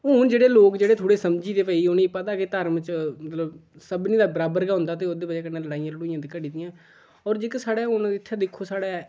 हून जेह्ड़े लोक जेह्ड़े थोह्ड़े समझी गेदे भाई उ' नेंगी पता के धर्म च मतलब सभनें दा बराबर गै होंदा ते ओह्दी बजह कन्नै लड़ाइयां लड़ुइयां घटी दियां होर जेह्के साढ़े हू'न इत्थें दिक्खो साढ़े